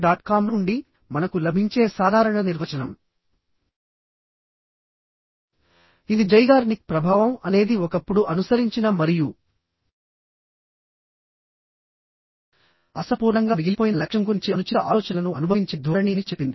com నుండి మనకు లభించే సాధారణ నిర్వచనం ఇది Zeigarnik ప్రభావం అనేది ఒకప్పుడు అనుసరించిన మరియు అసంపూర్ణంగా మిగిలిపోయిన లక్ష్యం గురించి అనుచిత ఆలోచనలను అనుభవించే ధోరణి అని చెప్పింది